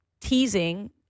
teasing